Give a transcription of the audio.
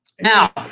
Now